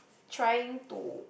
trying to